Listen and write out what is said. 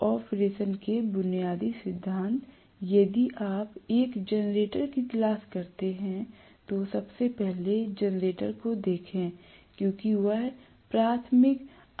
operation के बुनियादी सिद्धांत यदि आप एक जनरेटर की तलाश करते हैं तो सबसे पहले जनरेटर को देखें क्योंकि वह प्राथमिक अनुप्रयोग है